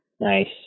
Nice